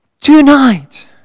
tonight